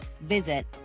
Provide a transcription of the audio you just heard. visit